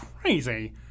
crazy